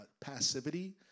passivity